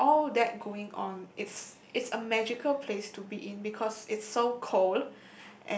with all that going on it's it's a magical place to be in because it's so cold